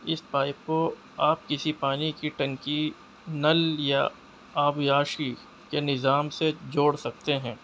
اس pipe کو آپ کسی پانی کی ٹنکی نل یا آبپاشی کے نظام سے جوڑ سکتے ہیں